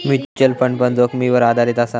mutual fund पण जोखीमीवर आधारीत असा